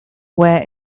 where